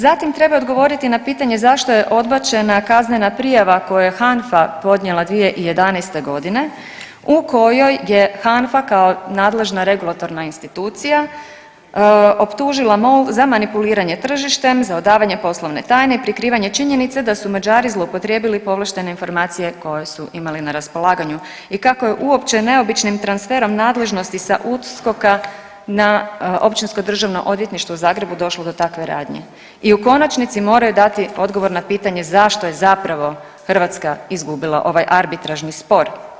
Zatim treba odgovoriti na pitanje zašto je odbačena kaznena prijava koju je HANFA podnijela 2011. godine u kojoj je HANFA kao nadležna regulatorna institucija optužila MOL za manipuliranjem tržištem, za odavanje poslovne tajne i prikrivanje činjenice da su Mađari zloupotrijebili povlaštene informacije koje su imali na raspolaganju i kako je uopće neobičnim transferom nadležnosti sa USKOK-a na Općinsko državno odvjetništvo u Zagrebu došlo do takve radnje i u konačnici moraju dati odgovor na pitanje zašto je zapravo Hrvatska izgubila ovaj arbitražni spor.